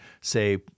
say